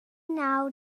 naw